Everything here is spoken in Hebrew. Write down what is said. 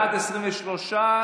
בעד, 23,